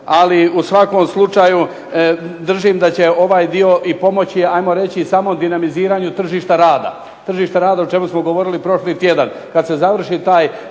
Ali u svakom slučaju držim da će ovaj dio i pomoći ajmo reći samo dinamiziranju tržišta rada, o čemu smo govorili prošli tjedan. Kada se završi taj